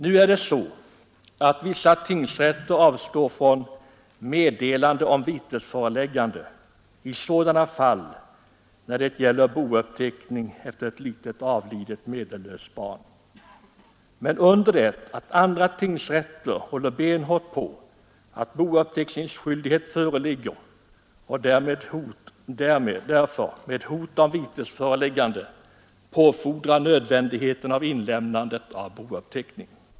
Nu är det så att vissa tingsrätter avstår från meddelande om vitesföreläggande när det gäller bouppteckning efter ett litet avlidet meddellöst barn, under det att andra tingsrätter håller benhårt på att bouppteckningsskyldighet föreligger och därför med hot om vitesföreläggande påfordrar inlämnandet av bouppteckning.